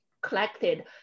collected